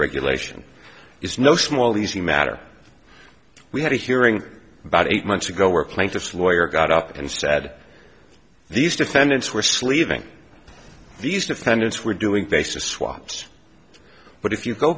regulation is no small easy matter we had a hearing about eight months ago where plaintiff's lawyer got up and said these defendants were sleeving these defendants were doing basis swaps but if you go